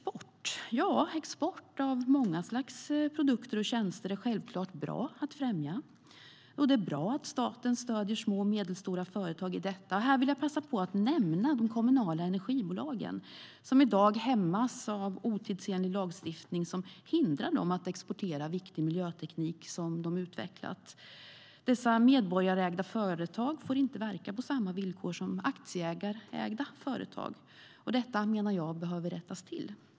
Export av många slags produkter och tjänster är självklart bra att främja, och det är bra att staten stöder små och medelstora företag i detta. Här vill jag passa på att nämna de kommunala energibolagen, som i dag hämmas av otidsenlig lagstiftning som hindrar dem från att exportera viktig miljöteknik de har utvecklat. Dessa medborgarägda företag får inte verka på samma villkor som aktieägarföretag, och detta menar jag behöver rättas till.